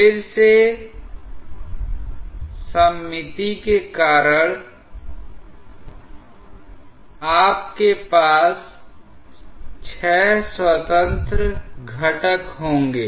फिर से सममिति के कारण आपके पास छह स्वतंत्र घटक होंगे